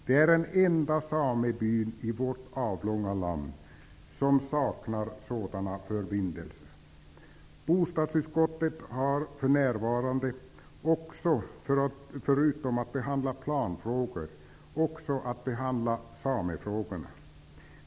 Det är den enda sameby i vårt avlånga land som saknar sådana förbindelser. Bostadsutskottet har för närvarande också, förutom att behandla planfrågor, att behandla samefrågorna.